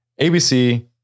ABC